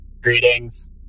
Greetings